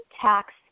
tax